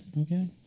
okay